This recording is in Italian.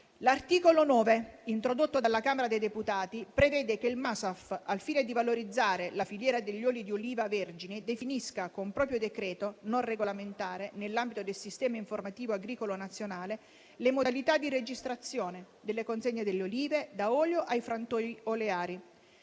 L'articolo 9, introdotto dalla Camera dei deputati, prevede che il MASAF, al fine di valorizzare la filiera degli oli di oliva vergini, definisca con proprio decreto non regolamentare, nell'ambito del Sistema informativo agricolo nazionale, le modalità di registrazione delle consegne delle olive da olio ai frantoi oleari.